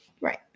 Right